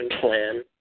Plan